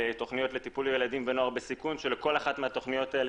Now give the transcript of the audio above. לתכניות לטיפול לילדים ונוער בסיכון שלכל אחת מהתכניות האלה